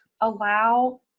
allow